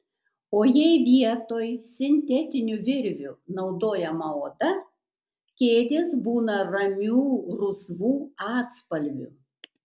o jei vietoj sintetinių virvių naudojama oda kėdės būna ramių rusvų atspalvių